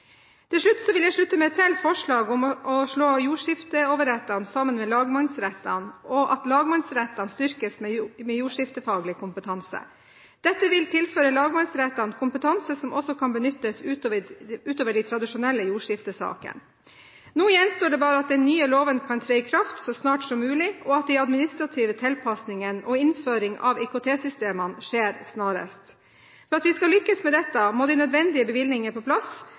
Til slutt vil jeg slutte meg til forslaget om å slå jordskifteoverrettene sammen med lagmannsrettene, og at lagmannsrettene styrkes med jordskiftefaglig kompetanse. Dette vil tilføre lagmannsrettene kompetanse som også kan benyttes utover de tradisjonelle jordskiftesakene. Nå gjenstår det bare at den nye loven kan tre i kraft så snart som mulig, og at de administrative tilpasningene og innføringen av IKT-systemene skjer snarest. For at vi skal lykkes med dette, må de nødvendige bevilgninger på plass,